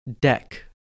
deck